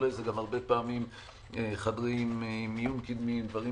זה גם הרבה פעמים חדרי מיון קדמיים ודברים